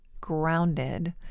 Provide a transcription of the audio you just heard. grounded